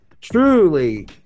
truly